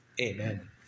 Amen